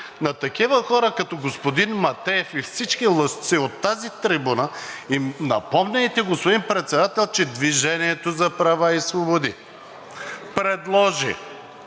На такива хора като господин Матеев и всички лъжци от тази трибуна им напомняйте, господин Председател, че „Движение за права и свободи“ предложи